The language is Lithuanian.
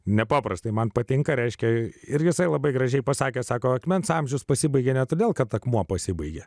nepaprastai man patinka reiškia ir jisai labai gražiai pasakė sako akmens amžius pasibaigė ne todėl kad akmuo pasibaigė